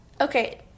Okay